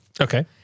Okay